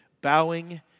bowing